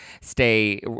stay